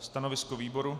Stanovisko výboru?